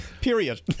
Period